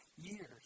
years